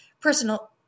personal